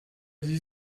die